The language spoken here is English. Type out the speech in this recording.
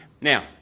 Now